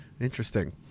Interesting